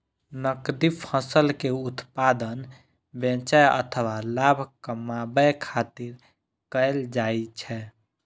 नकदी फसल के उत्पादन बेचै अथवा लाभ कमबै खातिर कैल जाइ छै